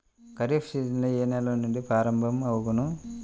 Kharif season ఏ నెల నుండి ప్రారంభం అగును?